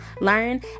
Learn